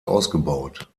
ausgebaut